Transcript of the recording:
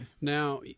now